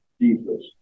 Jesus